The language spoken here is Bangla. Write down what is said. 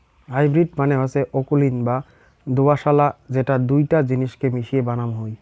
হাইব্রিড মানে হসে অকুলীন বা দোআঁশলা যেটা দুইটা জিনিসকে মিশিয়ে বানাং হই